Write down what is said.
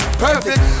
perfect